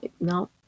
no